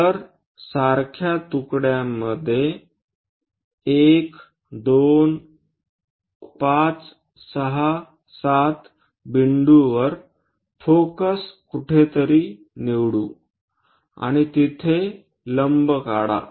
तर सारख्या तुकड्यामध्ये 1 2 5 6 आणि 7 बिंदूवर फोकस कुठेतरी निवडू आणि तिथे लंब काढावे